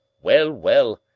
well, well!